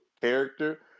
character